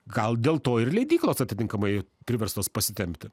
gal dėl to ir leidyklos atitinkamai priverstos pasitempti